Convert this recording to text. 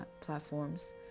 platforms